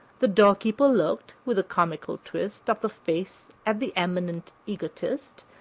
the doorkeeper looked, with a comical twist of the face, at the eminent egotist,